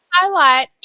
highlight